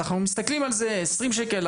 אז אנחנו מסתכלים על זה 20 שקלים,